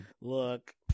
Look